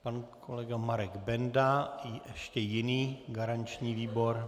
Pan kolega Marek Benda ještě jiný garanční výbor.